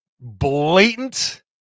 blatant